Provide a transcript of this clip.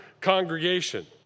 congregation